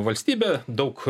valstybė daug